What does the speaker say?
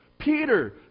Peter